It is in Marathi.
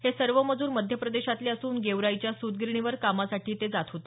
हे सर्व मजूर मध्य प्रदेशातले असून गेवराईच्या सूत गिरणीवर कामासाठी ते जात होते